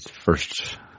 first